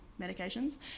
medications